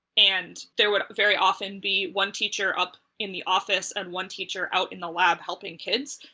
and there would very often be one teacher up in the office and one teacher out in the lab helping kids,